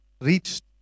reached